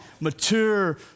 mature